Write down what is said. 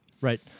Right